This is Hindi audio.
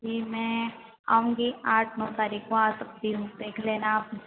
जी मैं आऊँगी आठ नौ तारीख को आ सकती हूँ देख लेना आप